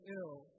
ill